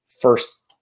first